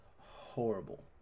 Horrible